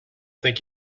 think